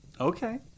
Okay